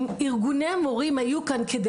ארגוני המורים היו צריכים להיות כאן כדי